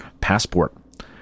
passport